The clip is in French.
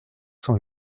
cent